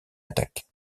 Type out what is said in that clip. attaque